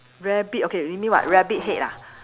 rabbit okay you mean what rabbit head ah